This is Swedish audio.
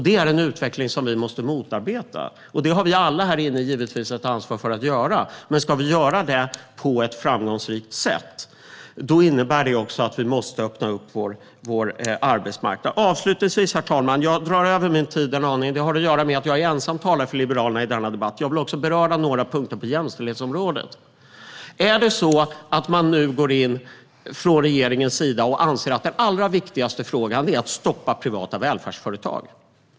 Det är en utveckling som vi måste motarbeta, och det har vi alla här inne givetvis ett ansvar för att göra, men ska vi göra det på ett framgångsrikt sätt innebär det också att vi måste öppna vår arbetsmarknad. Herr talman! Jag drar över min tid en aning. Det har att göra med att jag är ensam talare för Liberalerna i denna debatt och också vill beröra några punkter på jämställdhetsområdet. Är det så att man nu från regeringens sida anser att den allra viktigaste frågan är att stoppa privata välfärdsföretag?